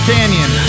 Canyon